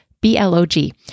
B-L-O-G